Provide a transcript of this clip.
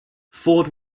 ford